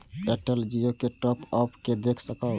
Airtel Jio के up अप के देख सकब?